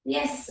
Yes